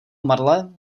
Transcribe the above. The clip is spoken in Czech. marle